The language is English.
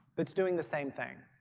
its doing the same thing.